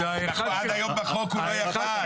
עד היום בחוק הוא לא יכל.